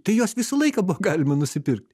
tai jos visą laiką buvo galima nusipirkt